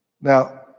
Now